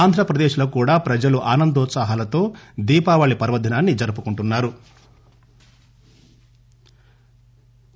ఆంధ్రప్రదేశ్ లో కూడా ప్రజలు ఆనందోత్సాహాలతో దీపావళి పర్యదినాన్ని జరుపుకుంటున్నా రు